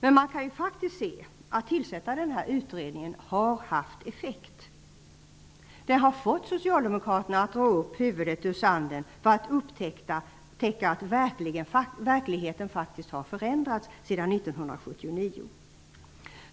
Men man kan faktiskt se att det har haft effekt att tillsätta utredningen. Det har fått socialdemokraterna att dra upp huvudet ur sanden och upptäcka att verkligheten har förändrats sedan 1979.